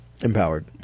empowered